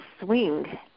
swing